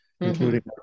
including